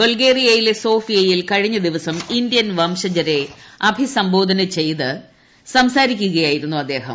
ബൽഗേരിയയിലെ സോഫിയയിൽ കഴിഞ്ഞ ദിവസം ഇന്ത്യൻ വംശജരെ അഭിസംബോധന ചെയ്ത് സംസാരിക്കുകയായിരുന്നു അദ്ദേഹം